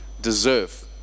deserve